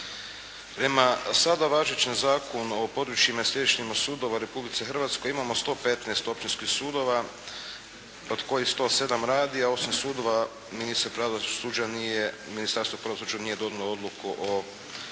Prema sada važećem Zakonu o područjima i sjedištima sudova u Republici Hrvatskoj imamo 115 općinskih sudova, od kojih 107 radi, a 8 sudova Ministarstvo pravosuđa nije donijelo odluku o